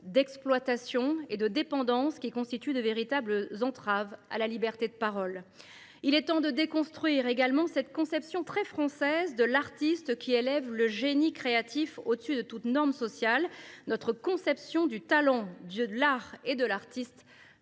d’exploitation et de dépendance constituent de véritables entraves à la liberté de parole. Il est temps de déconstruire également cette conception très française de l’artiste qui élève le génie créatif au dessus de toute norme sociale. Notre conception du talent, de l’art et de l’artiste